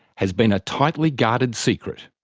has been a tightly guarded secret.